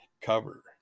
cover